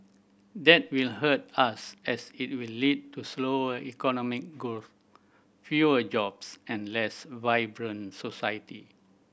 that will hurt us as it will lead to slower economic growth fewer jobs and less vibrant society